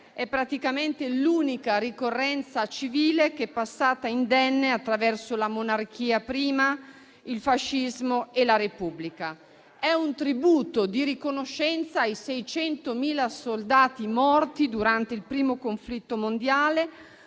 è praticamente l'unica ricorrenza civile che è passata indenne attraverso la monarchia, il fascismo e la Repubblica. È un tributo di riconoscenza ai 600.000 soldati morti durante il primo conflitto mondiale,